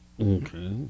Okay